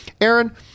Aaron